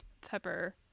Pepper